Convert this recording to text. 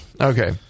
Okay